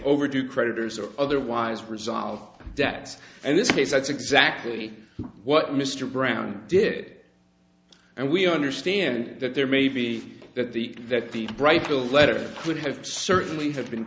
overdue creditors or otherwise result debts and this case that's exactly what mr brown did and we understand that there may be that the that the brightfield letter would have certainly have been